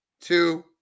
two